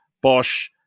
Bosch